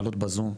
לעלות בזום,